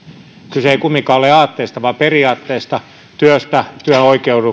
kyse ei kumminkaan ole aatteesta vaan periaatteesta työstä työn